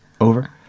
over